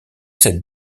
cette